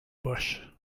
bush